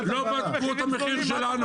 לא בדקו את המחיר שלנו.